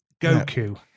Goku